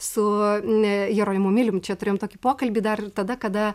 su ne jeronimu milium čia turėjom tokį pokalbį dar tada kada